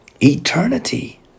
Eternity